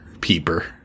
Peeper